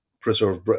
preserve